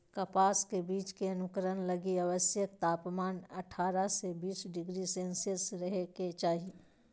कपास के बीज के अंकुरण लगी आवश्यक तापमान अठारह से बीस डिग्री सेल्शियस रहे के चाही